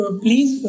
please